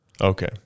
Okay